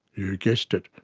you guessed it,